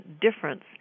difference